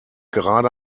gerade